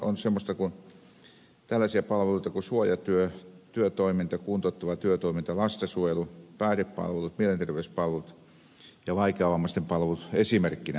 nämä palveluthan ovat tällaisia palveluita kuin suojatyö työtoiminta kuntouttava työtoiminta lastensuojelu päihdepalvelut mielenterveyspalvelut ja vaikeavammaisten palvelut esimerkkeinä